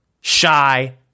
shy